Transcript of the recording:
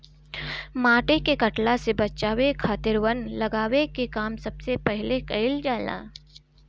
माटी के कटला से बचावे खातिर वन लगावे के काम सबसे पहिले कईल जाला